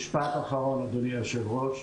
משפט אחרון, אדוני היושב ראש.